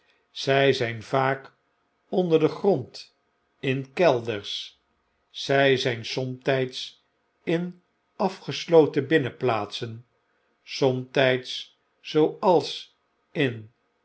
zfl zp vaak onder den grond in kelders zg zp somtps in afgesloten binnenplaatsen somtps zooals in